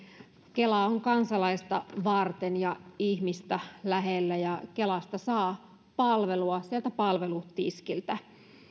kela on kansalaista varten ja ihmistä lähellä ja kelasta saa palvelua sieltä palvelutiskiltä